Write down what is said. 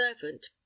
servant